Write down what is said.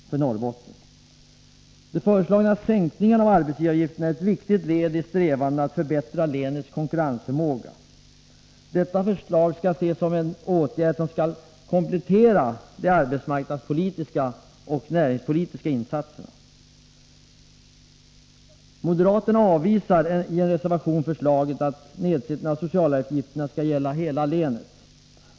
Den föreslagna sänkningen av arbetsgivaravgiften är ett viktigt led i strävandena att förbättra länets konkurrensförmåga. Detta förslag skall ses som en åtgärd som skall komplettera de arbetsmarknadspolitiska och de näringspolitiska insatserna. Moderaterna avvisar i en reservation förslaget att nedsättningen av de sociala avgifterna skall gälla hela länet.